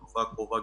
בתקופה הקרובה,